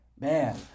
Man